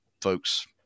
Folks